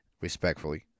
respectfully